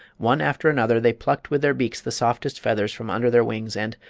one after another they plucked with their beaks the softest feathers from under their wings, and,